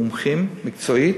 מומחים מקצועית,